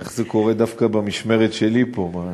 איך זה קורה דווקא במשמרת שלי פה?